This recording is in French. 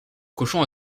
cochon